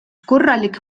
korralik